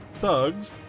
thugs